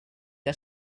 que